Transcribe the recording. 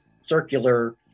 circular